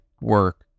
work